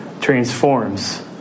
transforms